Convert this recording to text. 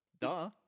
Duh